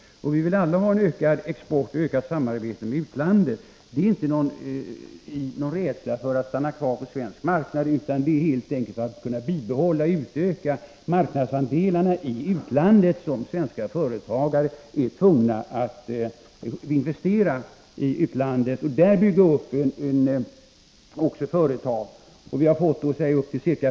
Vi vill alla ha en ökad export och ett ökat samarbete med utlandet. Det är inte någon rädsla för att stanna kvar på den svenska marknaden utan det är helt enkelt för att kunna bibehålla och utöka marknadsandelarna i utlandet som svenska företagare är tvungna att investera i utlandet och bygga upp företag där.